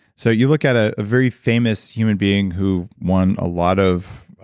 so you look at ah a very famous human being who won a lot of